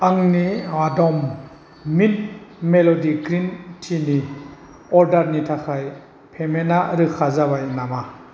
आंनि आदम मिन्ट मेल'दि ग्रिन टि नि अर्डारनि थाखाय पेमेन्टा रोखा जाबाय नामा